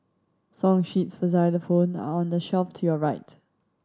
song sheets for xylophone are on the shelf to your right